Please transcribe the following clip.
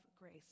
grace